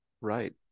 right